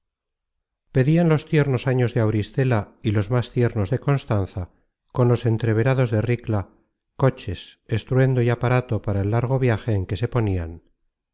pedian los tiernos años de auristela y los más tiernos de constanza con los entreverados de ricla coches estruendo y aparato para el largo viaje en que se ponian